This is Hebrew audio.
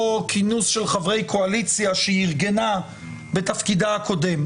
כינוס של חברי קואליציה שהיא ארגנה בתפקידה הקודם.